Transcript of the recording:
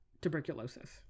tuberculosis